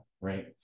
right